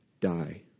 die